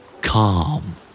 Calm